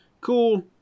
cool